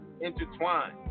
intertwined